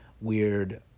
weird